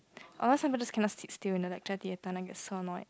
or else some people just cannot sit still in the lecture theater and I get so annoyed